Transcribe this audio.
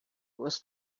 was